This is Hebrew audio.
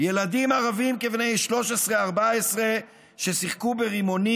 ילדים ערבים כבני 13 14 ששיחקו ברימונים,